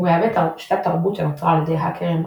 ומהווה תת-תרבות שנוצרה על ידי ההאקרים הראשונים.